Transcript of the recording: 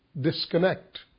disconnect